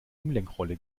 umlenkrolle